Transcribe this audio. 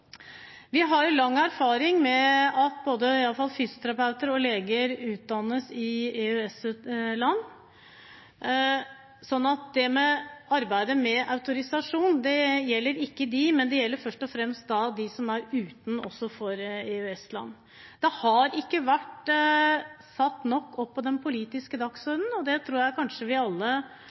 Vi har lang erfaring med at iallfall fysioterapeuter og leger utdannes i EØS-land, så arbeidet med autorisasjon gjelder ikke dem, men det gjelder først og fremst dem som er utdannet utenfor EØS-land. Det har ikke vært satt høyt nok opp på den politiske dagsordenen, og det tror jeg kanskje vi alle